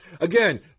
again